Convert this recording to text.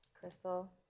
Crystal